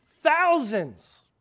thousands